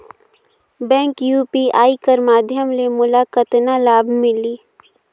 Bank UPI कर माध्यम ले मोला कतना लाभ मिली?